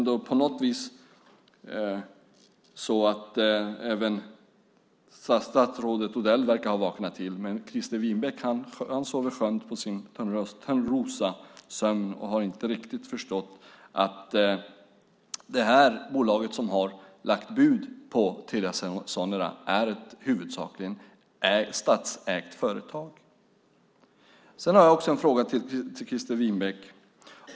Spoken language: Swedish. På något vis verkar även statsrådet Odell ha vaknat till, men Christer Winbäck är kvar i sin sköna törnrosasömn och har inte riktigt förstått att det bolag som har lagt bud på Telia Sonera är ett huvudsakligen statsägt företag. Sedan har jag en fråga till Christer Winbäck.